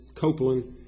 Copeland